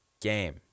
game